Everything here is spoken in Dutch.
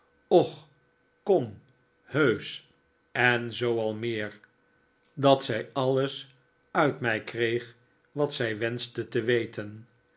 och kom heusch en zoo al meer dat zij alles uit mij kreeg wat zij wenschte te weten